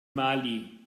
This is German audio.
mali